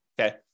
okay